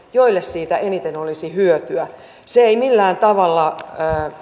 joille siitä eniten olisi hyötyä se ei millään tavalla